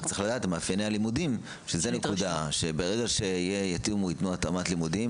רק צריך לדעת שברגע שיתנו התאמת לימודים,